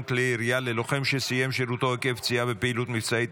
כלי ירייה ללוחם שסיים שירותו עקב פציעה בפעילות מבצעית),